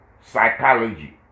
psychology